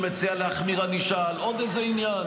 שמציעה להחמיר ענישה על עוד איזה עניין,